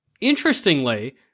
Interestingly